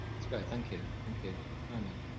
that's great thank you thank you. so um and